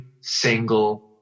single